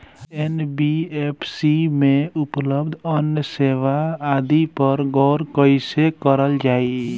NBFC में उपलब्ध अन्य सेवा आदि पर गौर कइसे करल जाइ?